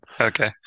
Okay